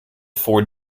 ford